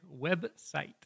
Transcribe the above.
website